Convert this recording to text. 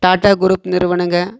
tata group நிறுவனங்கள்